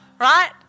Right